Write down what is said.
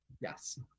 Yes